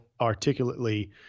articulately